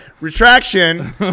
Retraction